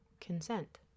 consent